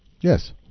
Yes